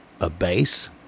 abase